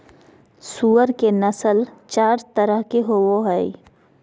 सूअर के नस्ल चार तरह के होवो हइ